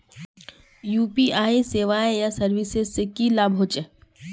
UPI सेवाएँ या services से की लाभ होचे?